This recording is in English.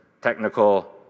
technical